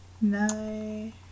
no